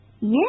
Yes